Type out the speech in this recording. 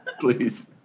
please